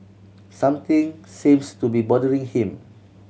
something seems to be bothering him